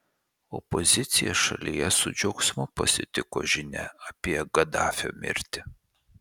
opozicija šalyje su džiaugsmu pasitiko žinią apie gaddafio mirtį